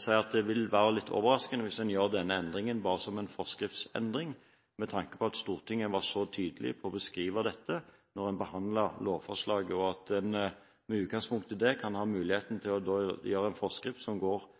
si at det vil være litt overraskende hvis man gjør denne endringen bare som en forskriftsendring, med tanke på at Stortinget var så tydelig på å beskrive dette da man behandlet lovforslaget – at man med utgangspunkt i det kan få en forskrift som på en måte går til